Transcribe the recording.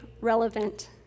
relevant